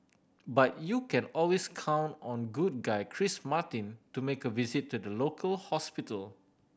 but you can always count on good guy Chris Martin to make a visit to the local hospital